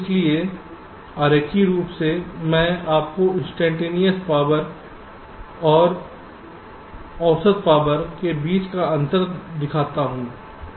इसलिए आरेखीय रूप से मैं आपको इंस्टैन्टेनियस पावर ऊर्जा और औसत पावर के बीच का अंतर दिखा रहा हूं